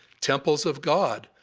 temples of god,